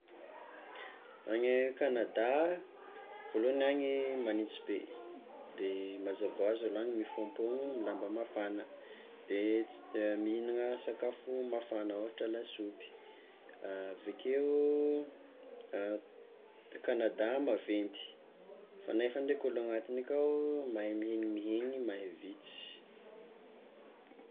Any Kanadà, voalohany any magnintsy be de mazava hoazy olo any mifompogno amy lamba mafagna, de tsy, de mihignana sakafo mafagna ohatra hoe lasopy, avekeo Kanadà maventy fa nefany ndraiky ologno agnatiny akao mahamihegnimihegny mahavitsy.